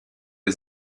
der